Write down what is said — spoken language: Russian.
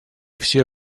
все